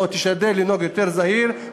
או תשתדל לנהוג יותר בזהירות.